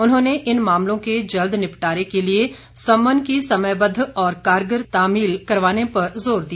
उन्होंने इन मामलों के जल्द निपटारे के लिए समन की समयबद्ध और कारगर तामील करवाने पर ज़ोर दिया